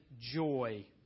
joy